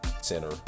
center